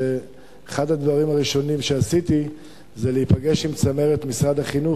שאחד הדברים הראשונים שעשיתי זה להיפגש עם צמרת משרד החינוך